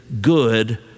good